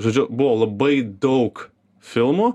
žodžiu buvo labai daug filmų